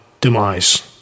demise